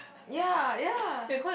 ya ya